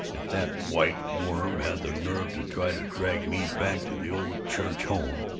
if that white worm had the nerve to try to drag me back to the old church home,